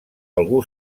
algú